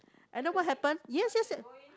and then what happen yes yes yes